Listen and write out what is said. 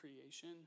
creation